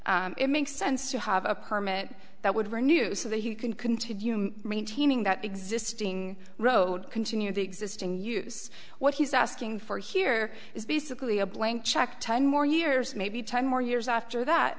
it it makes sense to have a permit that would renew so that he can continue maintaining that existing road continue the existing use what he's asking for here is basically a blank check ten more years maybe ten more years after that